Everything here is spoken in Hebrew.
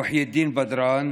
מוחיי אלדין בדראן,